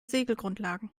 segelgrundlagen